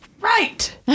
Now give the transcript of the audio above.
right